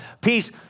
Peace